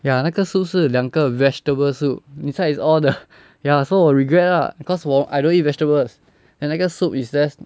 ya 那个 soup 是两个 vegetable soup inside is all the ya so 我 regret lah cause 我 I don't eat vegetables and 那个 soup is just